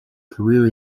career